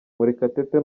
murekatete